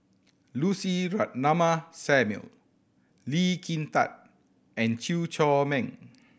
Lucy Ratnammah Samuel Lee Kin Tat and Chew Chor Meng